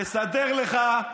נסדר לך,